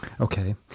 Okay